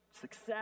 success